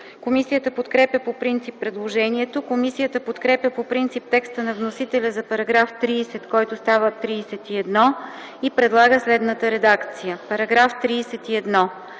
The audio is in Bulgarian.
Комисията подкрепя по принцип предложението. Комисията подкрепя по принцип текста на вносителя за § 30, който става § 31 и предлага следната редакция: „§ 31.